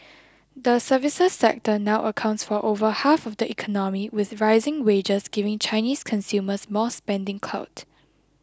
the services sector now accounts for over half of the economy with rising wages giving Chinese consumers more spending clout